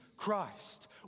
Christ